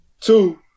two